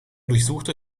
durchsuchte